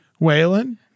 Waylon